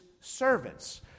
servants